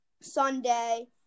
Sunday